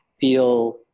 feel